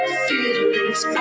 feelings